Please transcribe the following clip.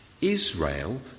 Israel